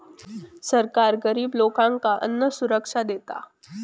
सरकार गरिब लोकांका अन्नसुरक्षा देता